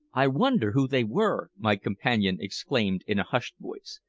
i wonder who they were? my companion exclaimed in a hushed voice.